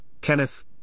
Kenneth